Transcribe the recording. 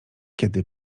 kiedy